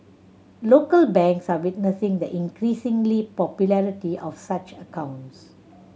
local banks are witnessing the increasing popularity of such accounts